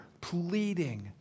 pleading